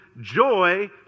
joy